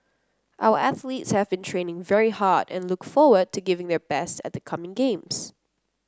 our athletes have been training very hard and look forward to giving their best at the coming games